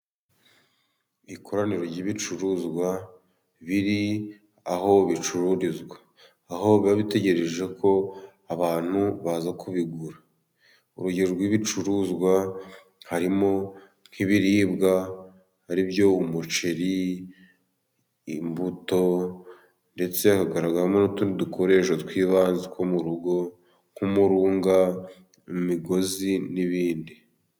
Ikoraniro ry'ibicuruzwa biri aho bicururizwa, aho biba bitegereje ko abantu baza kubigura ,urugero rw'ibicuruzwa harimo nk'ibiribwa aribyo:umuceri, imbuto ndetse hagaragaramo n'utundi dukoresho tw'ibanze two mu rugo ,nk'umurunga, imigozi n'ibindi.